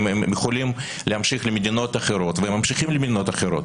הם יכולים להמשיך למדינות אחרות והם ממשיכים למדינות אחרות,